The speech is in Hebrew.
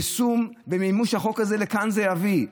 יישום ומימוש החוק הזה, לכאן זה יביא,